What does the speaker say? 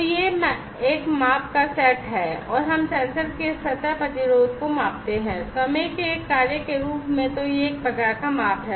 तो यह माप का एक सेट है और हम सेंसर के सतह प्रतिरोध को मापते हैं समय के एक कार्य के रूप में तो यह एक प्रकार का माप है